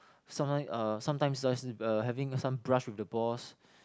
sometime uh sometimes just uh having some brush with the boss